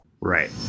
Right